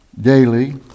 daily